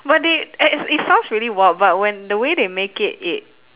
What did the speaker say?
but they and it sounds really warped but when the way they make it it